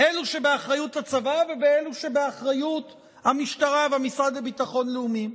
אלו שבאחריות הצבא ואלו שבאחריות המשטרה והמשרד לביטחון לאומי.